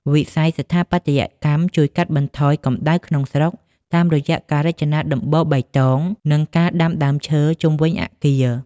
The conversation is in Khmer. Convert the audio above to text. វិស័យស្ថាបត្យកម្មជួយកាត់បន្ថយ "កម្តៅក្នុងក្រុង" តាមរយៈការរចនាដំបូលបៃតង និងការដាំដើមឈើជុំវិញអគារ។